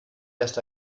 lässt